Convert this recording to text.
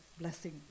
blessing